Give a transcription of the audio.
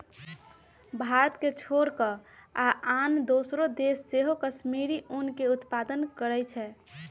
भारत के छोर कऽ आन दोसरो देश सेहो कश्मीरी ऊन के उत्पादन करइ छै